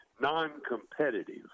non-competitive